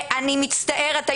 אני מצטערת,